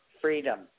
freedom